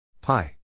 pi